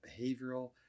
behavioral